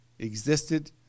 existed